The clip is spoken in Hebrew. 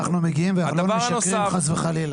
אנחנו מגיעים ואנחנו לא משקרים, חס וחלילה.